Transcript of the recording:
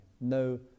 no